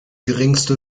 geringste